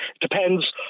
depends